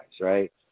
right